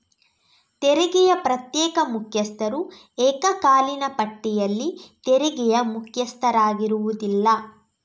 ತೆರಿಗೆಯ ಪ್ರತ್ಯೇಕ ಮುಖ್ಯಸ್ಥರು ಏಕಕಾಲೀನ ಪಟ್ಟಿಯಲ್ಲಿ ತೆರಿಗೆಯ ಮುಖ್ಯಸ್ಥರಾಗಿರುವುದಿಲ್ಲ